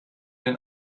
den